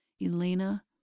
Elena